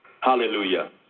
Hallelujah